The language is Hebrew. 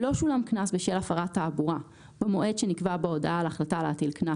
לא שולם קנס בשל הפרת תעבורה במועד שנקבע בהודעה על החלטה להטיל קנס